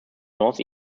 north